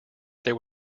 there